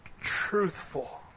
truthful